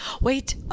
Wait